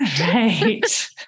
Right